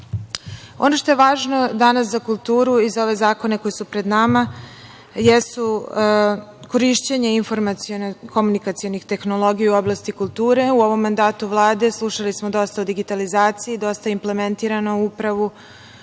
što je važno danas za kulturu i za ove zakone koji su pred nama, jesu korišćenje informaciono komunikacionih tehnologija u oblasti kulture. U ovom mandatu Vlade slušali smo dosta o digitalizaciji, dosta je implementirano upravo